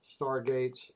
Stargates